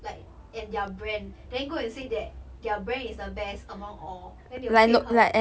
like and their brand then go and say that their brand is the best among all then they will pay her and then they really supposed to know you translate